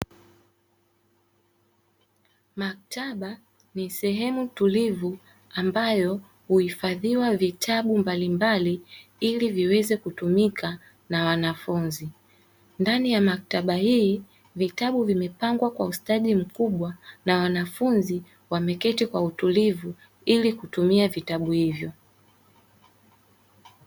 Maktaba ni sehemu tulivu ambayo huhifadhiwa vitabu mbalimbali, ili viweze kutumika na wanafunzi. Ndani ya maktaba hii vitabu vimepangwa kwa ustadi mkubwa na wanafunzi wameketi kwa utulivu ili kutumia vitabu hivyo.